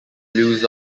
blues